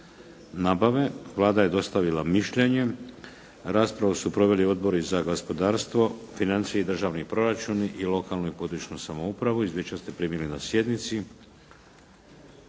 nabave. Vlada je dostavila mišljenje. Raspravu su proveli Odbori za gospodarstvo, financije i državni proračuni i lokalnu i područnu samoupravu. Izvješća ste primili na sjednici.